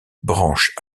branche